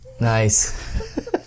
Nice